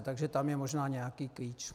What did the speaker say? Takže tam je možná nějaký klíč.